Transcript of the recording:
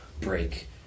break